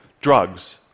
drugs